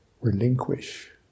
relinquish